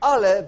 Ale